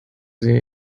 sie